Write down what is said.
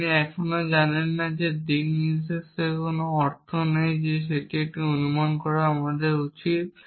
আপনি এখনও জানেন না যে দিকনির্দেশের কোন অর্থ নেই যে এটি একটি অনুমান আমার করা উচিত